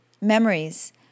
memories